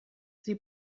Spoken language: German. sie